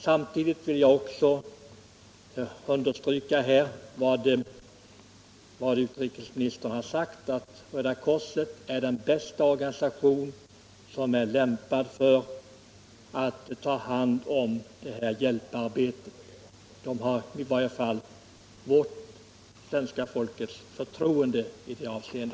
Samtidigt vill jag också understryka vad utrikesministern har sagt, nämligen att Röda korset är den mest lämpliga organisationen för att ta hand om detta hjälparbete. Den har i varje fall svenska folkets förtroende.